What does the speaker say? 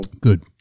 Good